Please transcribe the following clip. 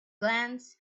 glance